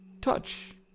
touch